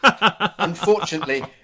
unfortunately